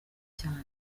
cyane